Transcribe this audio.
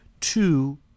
Two